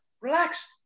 relax